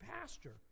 pastor